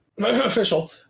official